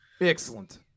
Excellent